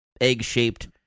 egg-shaped